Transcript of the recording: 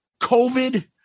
COVID